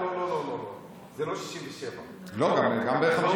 לא לא לא, זה לא 1967. לא, גם ב-1956.